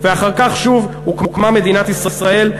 ואחר כך שוב הוקמה מדינת ישראל.